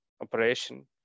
operation